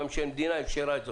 והמדינה אפשרה את זה.